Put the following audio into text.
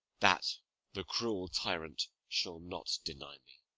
that the cruel tyrant shall not deny me.